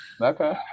Okay